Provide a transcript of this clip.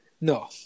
No